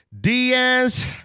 Diaz